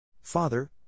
Father